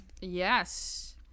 Yes